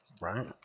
Right